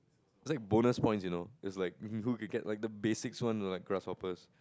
it's like bonus point you know it's like who can get the basics one you know like grasshoppers